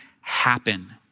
happen